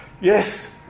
yes